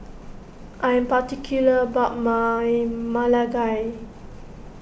I am particular about my Ma Lai Gao